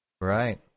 Right